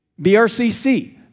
BRCC